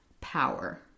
power